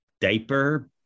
diaper